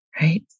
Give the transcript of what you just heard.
right